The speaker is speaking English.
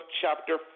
chapter